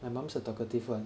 my mum is the talkative [one]